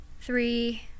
three